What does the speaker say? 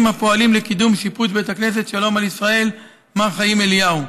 הפועלים לקידום שיפוץ בית הכנסת שלום על ישראל מר חיים אליהו.